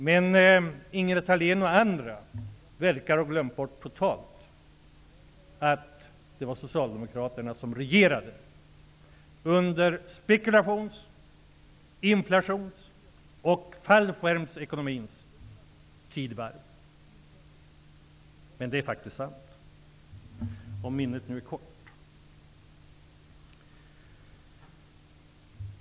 Men Ingela Thalén och andra verkar totalt ha glömt bort att det var Socialdemokraterna som regerade under spekulations-, inflations och fallskärmsekonomins tidevarv. Det är faktiskt sant -- om minnet är kort.